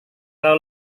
kau